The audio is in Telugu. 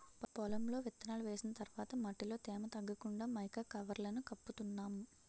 పొలంలో విత్తనాలు వేసిన తర్వాత మట్టిలో తేమ తగ్గకుండా మైకా కవర్లను కప్పుతున్నాం